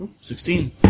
Sixteen